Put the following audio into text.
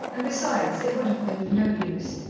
and besides, it would have been of no use.